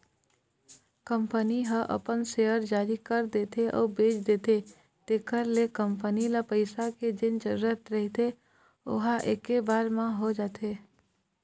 company ह अपन share जारी कर देथे अउ बेच देथे तेखर ले कंपनी ल पइसा के जेन जरुरत रहिथे ओहा ऐके बार म हो जाथे